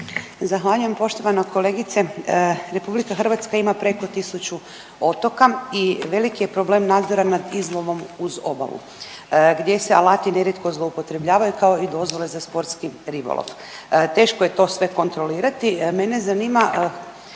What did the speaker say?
Zahvaljujem. Poštovana kolegice, RH ima preko 1000 otoka i veliki je problem nadzora nad izlovom uz obalu gdje se alati nerijetko zloupotrebljavaju kao i dozvole za sportski ribolov. Teško je to sve kontrolirati. Mene zanima